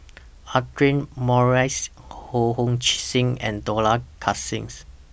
Audra Morrice Ho Hong Sing and Dollah Kassim